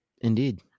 Indeed